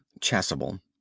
Chasuble